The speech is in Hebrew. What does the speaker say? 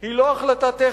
היא לא החלטה טכנית,